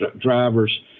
drivers